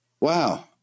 wow